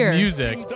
music